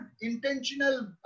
intentional